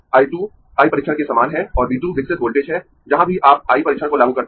I 2 I परीक्षण के समान है और V 2 विकसित वोल्टेज है जहाँ भी आप I परीक्षण को लागू करते है